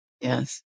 Yes